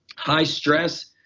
high stress,